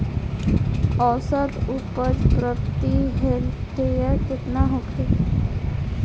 औसत उपज प्रति हेक्टेयर केतना होखे?